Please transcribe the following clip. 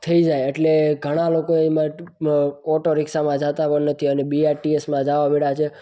થઈ જાય એટલે ઘણાં લોકો એમાં ઓટો રીક્ષામાં જતાં પણ નથી અને બીઆરટીએસમાં જવા માંડ્યા છે